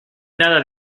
nada